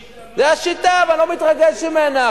והצעתי בעקבות הסירוב של משרד האוצר,